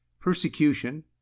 Persecution